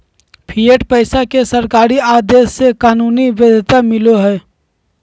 fiat पैसा के सरकारी आदेश से कानूनी वैध्यता मिलो हय